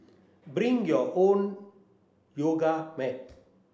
bring your own yoga mat